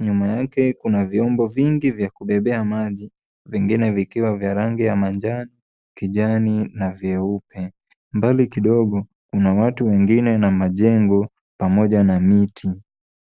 Nyuma yake kuna vyombo vingi vya kubebea maji vingine vikiwa vya rangi ya manjano, kijani na vyeupe. Mbali kidogo kuna watu wengine na majengo pamoja na miti.